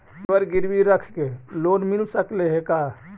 जेबर गिरबी रख के लोन मिल सकले हे का?